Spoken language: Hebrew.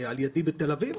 לידי בתל אביב?